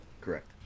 Correct